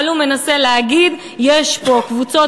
אבל הוא מנסה להגיד: יש פה קבוצות